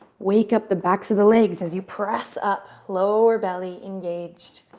wake up the backs of the legs as you press up lower belly engaged.